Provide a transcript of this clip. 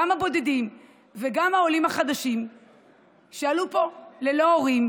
גם הבודדים וגם העולים החדשים שעלו לפה ללא הורים,